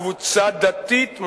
קבוצה דתית,